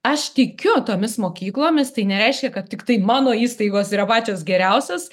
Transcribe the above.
aš tikiu tomis mokyklomis tai nereiškia kad tiktai mano įstaigos yra pačios geriausios